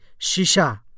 Shisha